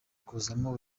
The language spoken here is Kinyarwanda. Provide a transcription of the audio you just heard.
kuzamo